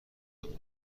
مادر